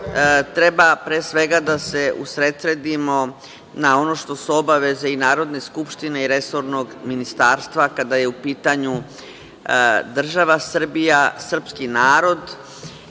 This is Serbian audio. svakako treba da se usredsredimo na ono što su obaveze Narodne skupštine i resornog ministarstva kada je u pitanju država Srbija, srpski narod